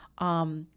um,